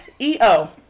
EO